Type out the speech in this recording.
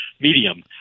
medium